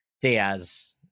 Diaz